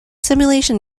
simulation